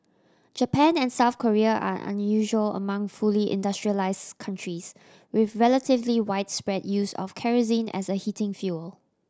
Japan and South Korea are unusual among fully industrialised countries with relatively widespread use of kerosene as a heating fuel